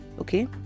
okay